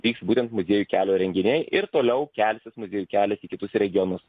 vyks būtent muziejų kelio renginiai ir toliau kelsis muziejų kelias į kitus regionus